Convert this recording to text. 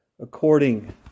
according